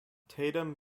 tatum